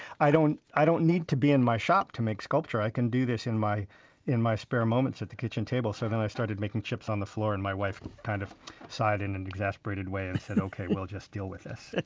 i don't i don't need to be in my shop to make sculpture. i can do this in my in my spare moments at the kitchen table. so then i started making chips on the floor, and my wife kind of sighed in an exasperated way and said, ok, we'll just deal with this.